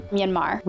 Myanmar